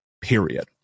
period